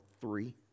three